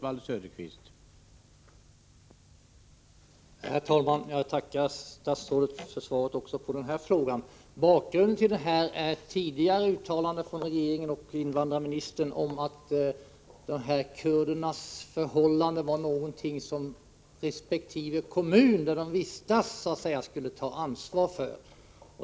Herr talman! Jag tackar statsrådet för svaret också på den här frågan. Bakgrunden till min fråga är tidigare uttalanden från regeringen och invandrarministern om att kurdernas förhållanden var någonting som resp. kommun där de vistas skulle ta ansvar för.